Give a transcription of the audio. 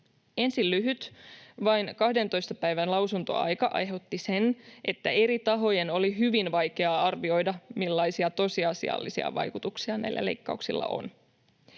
Ensin lyhyt, vain 12 päivän lausuntoaika aiheutti sen, että eri tahojen oli hyvin vaikea arvioida, millaisia tosiasiallisia vaikutuksia näillä leikkauksilla on.